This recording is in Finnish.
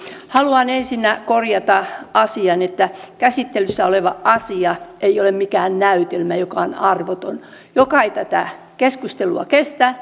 haluan ensinnä korjata asian että käsittelyssä oleva asia ei ole mikään näytelmä joka on arvoton joka ei tätä keskustelua kestä